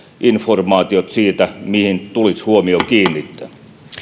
informaatiot siitä mihin tulisi huomio kiinnittää